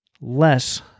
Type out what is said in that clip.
less